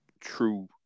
true